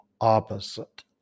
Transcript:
opposite